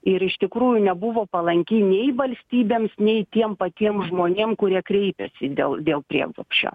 ir iš tikrųjų nebuvo palanki nei valstybėms nei tiem patiem žmonėm kurie kreipėsi dėl dėl prieglobsčio